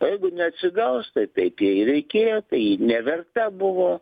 o jeigu neatsigaus tai taip jai ir reikėjo tai ji neverta buvo